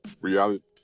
reality